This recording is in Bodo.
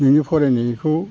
बिनि फरायनायखौ